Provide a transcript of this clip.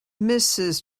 mrs